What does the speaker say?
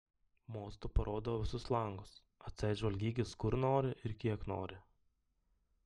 mostu parodau visus langus atseit žvalgykis kur nori ir kiek nori